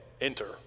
enter